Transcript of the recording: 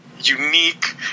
Unique